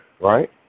right